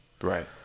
Right